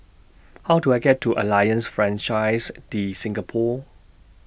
How Do I get to Alliance Francaise De Singapour